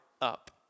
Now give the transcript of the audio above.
up